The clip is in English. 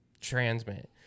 transmit